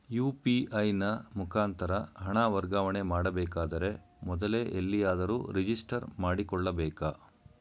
UPI ನ ಮುಖಾಂತರ ಹಣ ವರ್ಗಾವಣೆ ಮಾಡಬೇಕಾದರೆ ಮೊದಲೇ ಎಲ್ಲಿಯಾದರೂ ರಿಜಿಸ್ಟರ್ ಮಾಡಿಕೊಳ್ಳಬೇಕಾ?